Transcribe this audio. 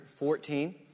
14